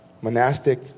monastic